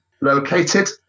Located